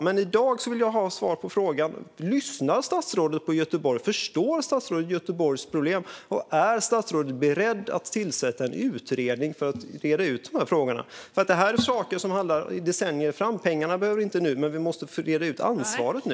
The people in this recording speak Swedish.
Men i dag vill jag ha svar på frågorna: Lyssnar statsrådet på Göteborg? Förstår statsrådet Göteborgs problem? Och är statsrådet beredd att tillsätta en utredning för att reda ut de här frågorna? Det här är saker som handlar om decennier framöver. Pengarna behöver vi inte nu, men vi måste fördela ansvaret nu.